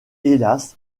hélas